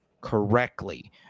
correctly